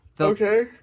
okay